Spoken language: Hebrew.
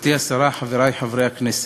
גברתי השרה, חברי חברי הכנסת,